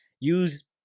use